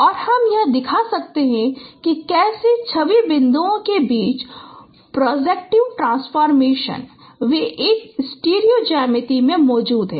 और हम यह दिखा सकते हैं कि कैसे छवि बिंदुओं के बीच प्रॉजेक्टिव ट्रांसफॉर्मेशन वे एक स्टीरियो ज्यामिति में मौजूद हैं